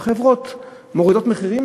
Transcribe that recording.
החברות מורידות מחירים,